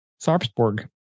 Sarpsborg